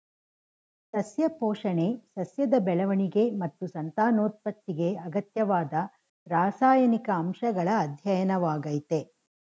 ಸಸ್ಯ ಪೋಷಣೆ ಸಸ್ಯದ ಬೆಳವಣಿಗೆ ಮತ್ತು ಸಂತಾನೋತ್ಪತ್ತಿಗೆ ಅಗತ್ಯವಾದ ರಾಸಾಯನಿಕ ಅಂಶಗಳ ಅಧ್ಯಯನವಾಗಯ್ತೆ